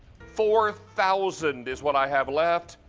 four thousand is what i have left.